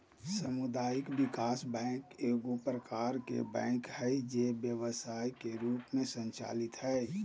सामुदायिक विकास बैंक एगो प्रकार के बैंक हइ जे व्यवसाय के रूप में संचालित हइ